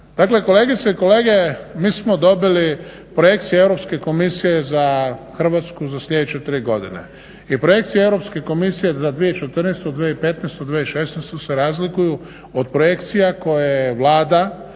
kolegice i kolege mi smo dobili projekcije Europske komisije za Hrvatsku za sljedeće tri godine i projekcije Europske komisije za 2014., 2015. i 2016. se razlikuju od projekcija koje je Vlada